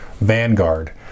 vanguard